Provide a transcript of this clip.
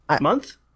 Month